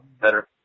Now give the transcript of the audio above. better